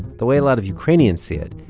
the way a lot of ukrainians see it,